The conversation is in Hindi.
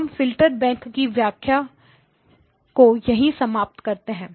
हम फिल्टर बैंक की व्याख्या को यहीं समाप्त करते हैं